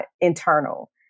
internal